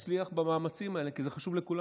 תצליח במאמצים האלה, כי זה חשוב לכולנו.